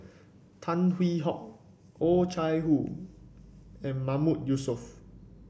Tan Hwee Hock Oh Chai Hoo and Mahmood Yusof